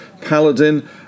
Paladin